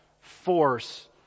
force